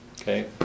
okay